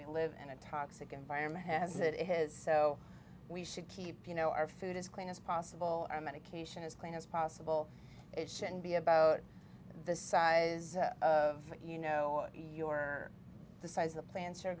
we live in a toxic environment has it it has so we should keep you know our food as clean as possible our medication as clean as possible it shouldn't be about the size of you know your the size the plants are